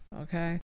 Okay